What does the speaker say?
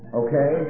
okay